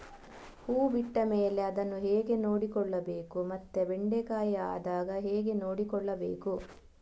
ಹೂ ಬಿಟ್ಟ ಮೇಲೆ ಅದನ್ನು ಹೇಗೆ ನೋಡಿಕೊಳ್ಳಬೇಕು ಮತ್ತೆ ಬೆಂಡೆ ಕಾಯಿ ಆದಾಗ ಹೇಗೆ ನೋಡಿಕೊಳ್ಳಬೇಕು?